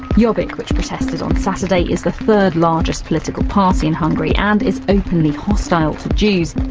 jobbik, which protested on saturday, is the third largest political party in hungary and is openly hostile to jews.